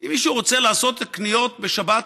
אם מישהו רוצה לעשות קניות בשבת,